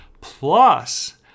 Plus